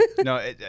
no